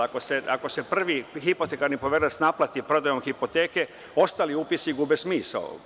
Ako se prvi hipotekarni poverilac naplati prodajom hipoteke, ostali upisi gube smisao.